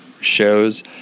shows